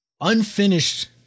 unfinished